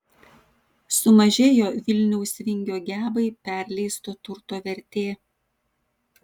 sumažėjo vilniaus vingio gebai perleisto turto vertė